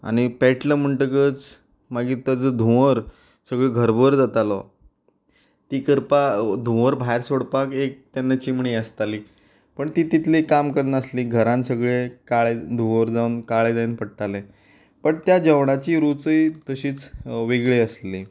आनी पेटलो म्हणटकच मागीर ताचो धुंवर सगळे घरभर जातालो ती करपाक धुंवर भायर सोडपाक एक तेन्ना चिमणी आसताली पूण ती तितली काम करनासली घरांत सगळे काळे धुंवर जावन काळें जावन पडटालें बट त्या जेवणाची रुचय तशीच वेगळी आसली